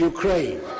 Ukraine